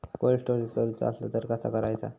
Cold storage करूचा असला तर कसा करायचा?